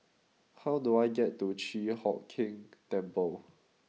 how do I get to Chi Hock Keng Temple